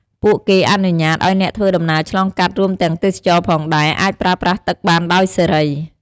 ពួកគេអនុញ្ញាតឲ្យអ្នកធ្វើដំណើរឆ្លងកាត់ រួមទាំងទេសចរផងដែរ អាចប្រើប្រាស់ទឹកបានដោយសេរី។